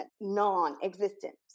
non-existent